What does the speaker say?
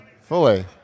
Fully